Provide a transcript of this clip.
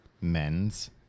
Men's